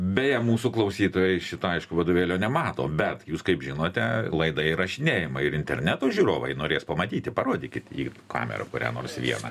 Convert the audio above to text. beje mūsų klausytojai šito aišku vadovėlio nemato bet jūs kaip žinote laida įrašinėjama ir interneto žiūrovai norės pamatyti parodykit į kamerą kurią nors vieną